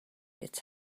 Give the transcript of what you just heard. its